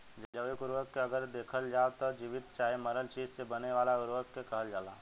जैविक उर्वरक के अगर देखल जाव त जीवित चाहे मरल चीज से बने वाला उर्वरक के कहल जाला